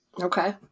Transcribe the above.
Okay